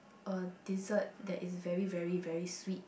a dessert that is very very very sweet